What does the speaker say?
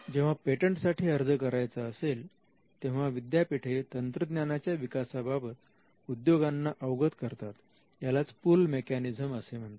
जेव्हा पेटंटसाठी अर्ज करायचं असेल तेव्हा विद्यापीठे तंत्रज्ञानाच्या विकासा बाबत उद्योगांना अवगत करतात यालाच पूल मेकॅनिझम असे म्हणतात